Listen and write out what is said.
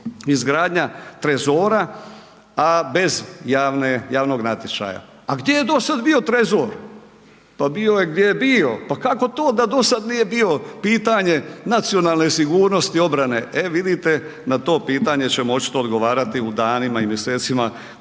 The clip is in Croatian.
izgradnja trezora, a bez javnog natječaja. A gdje je do sad bio trezor? Pa bio je gdje je bio. Pa kako to da do sad nije bio pitanje nacionalne sigurnosti obrane? E vidite na to pitanje ćemo očito odgovarati u danima i mjesecima